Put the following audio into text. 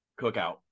cookout